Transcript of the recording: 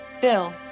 Bill